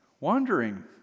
Wandering